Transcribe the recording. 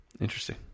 Interesting